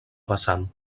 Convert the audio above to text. vessant